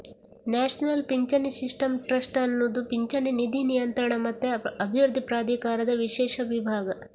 national ಪಿಂಚಣಿ system trust ಅನ್ನುದು ಪಿಂಚಣಿ ನಿಧಿ ನಿಯಂತ್ರಣ ಮತ್ತೆ ಅಭಿವೃದ್ಧಿ ಪ್ರಾಧಿಕಾರದ ವಿಶೇಷ ವಿಭಾಗ